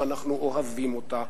שאנחנו אוהבים אותה,